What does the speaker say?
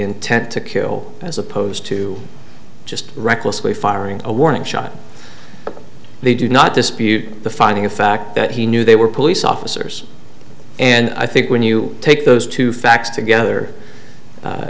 intent to kill as opposed to just recklessly firing a warning shot they do not dispute the finding of fact that he knew they were police officers and i think when you take those two facts together